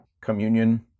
Communion